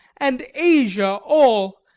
and asia all,